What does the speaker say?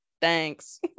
thanks